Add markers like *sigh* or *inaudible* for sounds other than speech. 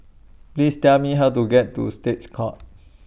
Please Tell Me How to get to States Courts *noise*